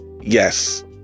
Yes